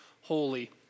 holy